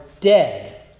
dead